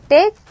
Take